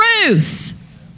truth